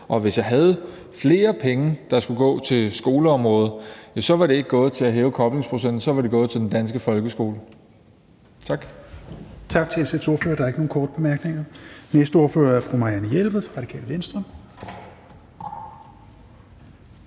og hvis jeg havde flere penge, der skulle gå til skoleområdet, var det ikke gået til at hæve koblingsprocenten; så var det gået til den danske folkeskole. Tak. Kl. 16:17 Tredje næstformand (Rasmus Helveg Petersen): Tak til SF's ordfører. Der er ikke nogen korte bemærkninger. Den næste ordfører er fru Marianne Jelved fra Radikale Venstre.